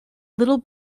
little